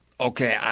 Okay